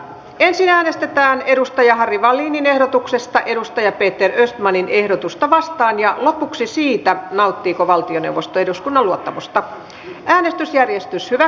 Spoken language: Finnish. ensin äänestetään harry wallinin ehdotuksesta peter östmanin ehdotusta vastaan ja lopuksi siitä nauttiiko valtioneuvosto eduskunnan luottamusta äänestysjärjestys hyvä